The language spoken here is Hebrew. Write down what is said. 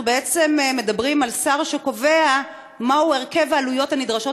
אנחנו מדברים על סל שקובע מהו הרכב העלויות הנדרשות